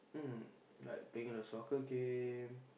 mm like playing a soccer game